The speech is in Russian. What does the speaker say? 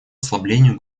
ослаблению